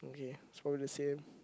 okay so it's the same